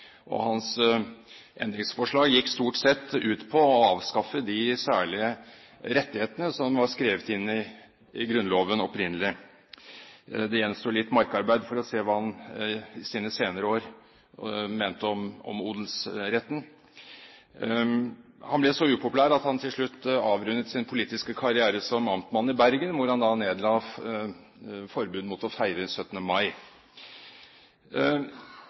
Hans endringsforslag gikk stort sett ut på å avskaffe de særlige rettighetene som var skrevet inn i Grunnloven opprinnelig. Det gjenstår litt markarbeid for å se hva han i sine senere år mente om odelsretten. Han ble så upopulær at han til slutt avrundet sin politiske karriere som amtmann i Bergen, hvor han nedla forbud mot å feire 17. mai.